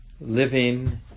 living